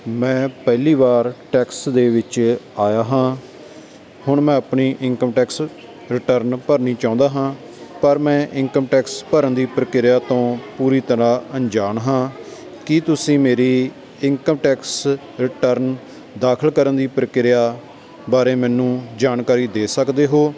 ਮੈਂ ਪਹਿਲੀ ਵਾਰ ਟੈਕਸ ਦੇ ਵਿੱਚ ਆਇਆ ਹਾਂ ਹੁਣ ਮੈਂ ਆਪਣੀ ਇਨਕਮ ਟੈਕਸ ਰਿਟਰਨ ਭਰਨੀ ਚਾਹੁੰਦਾ ਹਾਂ ਪਰ ਮੈਂ ਇਨਕਮ ਟੈਕਸ ਭਰਨ ਦੀ ਪ੍ਰਕਿਰਿਆ ਤੋਂ ਪੂਰੀ ਤਰ੍ਹਾ ਅਣਜਾਣ ਹਾਂ ਕੀ ਤੁਸੀਂ ਮੇਰੀ ਇਨਕਮ ਟੈਕਸ ਰਿਟਰਨ ਦਾਖਲ ਕਰਨ ਦੀ ਪ੍ਰਕਿਰਿਆ ਬਾਰੇ ਮੈਨੂੰ ਜਾਣਕਾਰੀ ਦੇ ਸਕਦੇ ਹੋ